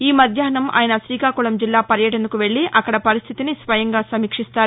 ఈ మధ్యాహ్నం ఆయన శ్రీకాకుళం జిల్లా పర్యాటనకు వెళ్ళి అక్కడ పరిస్టితిని స్వయంగా సమీక్షిస్తారు